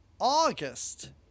August